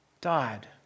died